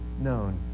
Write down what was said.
known